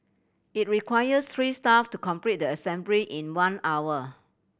it requires three staff to complete the assembly in one hour